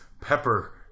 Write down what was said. Pepper